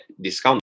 discount